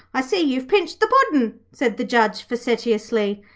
i see you've pinched the puddin' said the judge facetiously.